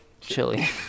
chili